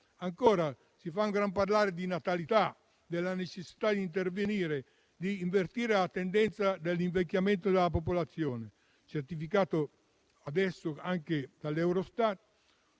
Ancora, si fa un gran parlare di natalità, della necessità di intervenire per invertire la tendenza all'invecchiamento della popolazione, certificata adesso anche da Eurostat,